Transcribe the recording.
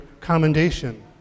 commendation